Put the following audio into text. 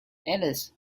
alice